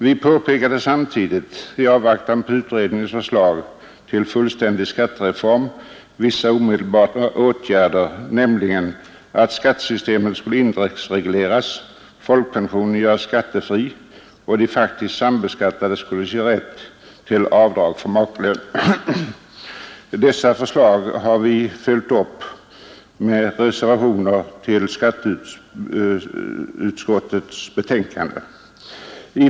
Vi påpekade samtidigt, i avvaktan på utredningens förslag till fullständig skattereform, vissa omedelbara åtgärder, nämligen att skattesystemet skulle indexregleras, folkpensionen göras skattefri och faktiskt sambeskattade ges rätt till avdrag för makelön. Dessa förslag har vi följt upp med reservationer till skatteutskottets betänkande nr 32.